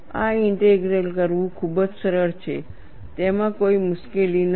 આ ઇન્ટેગ્રલ કરવું ખૂબ જ સરળ છે તેમાં કોઈ મુશ્કેલી નથી